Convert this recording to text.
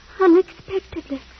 Unexpectedly